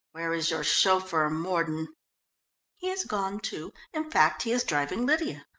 where is your chauffeur, mordon? he is gone, too in fact, he is driving lydia.